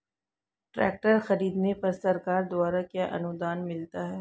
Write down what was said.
Tractor खरीदने पर सरकार द्वारा क्या अनुदान मिलता है?